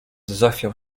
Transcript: zachwiał